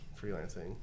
freelancing